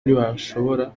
ntibashobora